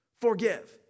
forgive